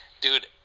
Dude